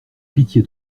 pitié